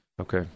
Okay